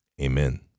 Amen